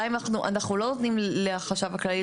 הדברים מתנהלים באחריות אנחנו יושבים בוועדות שם.